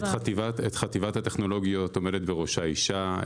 בראש חטיבת הטכנולוגיות עומדת אישה,